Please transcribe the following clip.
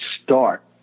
start